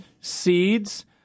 seeds